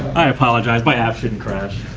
i apologize my app shouldn't crash.